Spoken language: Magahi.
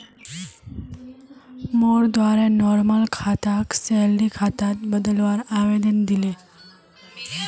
मोर द्वारे नॉर्मल खाताक सैलरी खातात बदलवार आवेदन दिले